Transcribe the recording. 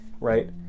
right